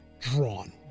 drawn